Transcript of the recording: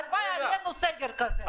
הלוואי עלינו סגר כזה.